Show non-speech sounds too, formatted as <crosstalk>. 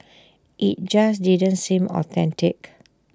<noise> IT just didn't seem authentic